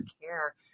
care